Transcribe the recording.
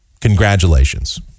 Congratulations